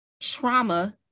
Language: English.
trauma